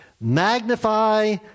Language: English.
magnify